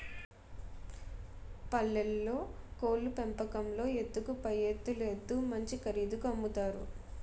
పల్లెల్లో కోళ్లు పెంపకంలో ఎత్తుకు పైఎత్తులేత్తు మంచి ఖరీదుకి అమ్ముతారు